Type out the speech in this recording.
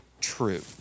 true